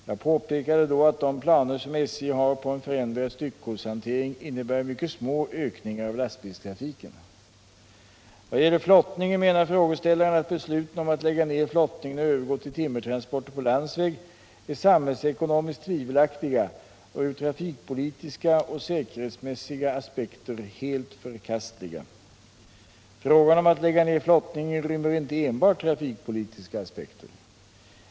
Jag påpekade då att de planer som SJ har på en förändrad styckegodshantering innebär mycket små ökningar av lastbilstrafiken. Vad gäller flottningen menar frågeställaren att besluten om att lägga ner flottningen och övergå till timmertransporter på landsväg är samhällsekonomiskt tvivelaktiga och ur trafikpolitiska och säkerhetsmässiga aspekter helt förkastliga. Frågan om att lägga ner flottningen rymmer inte enbart trafikpolitiska aspekter.